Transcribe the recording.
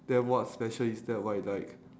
then what's special is that right like